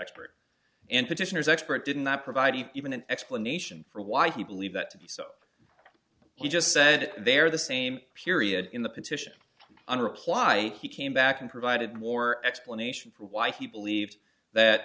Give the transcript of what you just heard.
expert and petitioners expert didn't that provide even an explanation for why he believed that to be so he just said they're the same period in the petition and reply he came back and provided more explanation for why he believed that